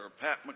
Pat